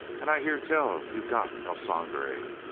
and i hear tell you got el sangre?